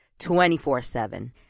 24-7